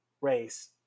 race